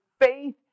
faith